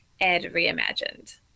edreimagined